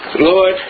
Lord